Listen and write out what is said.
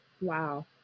Wow